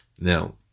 Now